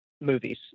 movies